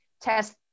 test